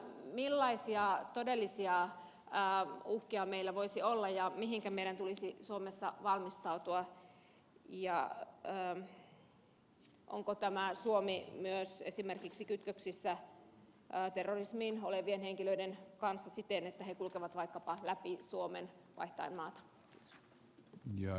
millaisia todellisia uhkia meillä voisi olla ja mihinkä meidän tulisi suomessa valmistautua ja onko suomessa myös esimerkiksi terrorismiin kytköksissä tai terrorismin h olevien henkilöiden kanssa olevia henkilöitä jotka kulkevat vaikkapa läpi suomen vaihtaessaan maata